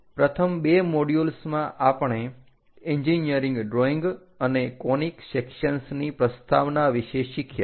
પ્રથમ બે મોડ્યુલ્સમાં આપણે એન્જીનીયરીંગ ડ્રોઈંગ અને કોનીક સેક્શન્સની પ્રસ્તાવના વિશે શીખ્યા